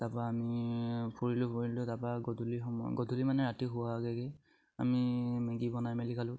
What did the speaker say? তাপা আমি ফুৰিলোঁ ফুৰিলোঁ তাৰপা গধূলি সময় গধূলি মানে ৰাতি শুৱাৰ আগে আগে আমি মেগী বনাই মেলি খালোঁ